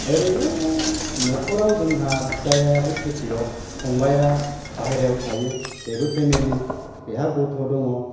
ओरैनो न'खराव जोंहा बिदायाबो खेतियग फंबाइया बाहेरायाव थायो बेबो फेमेलि बेहा गथ' दङ